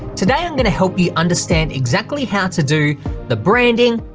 today i'm gonna help you understand exactly how to do the branding,